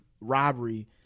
robbery